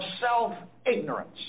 self-ignorance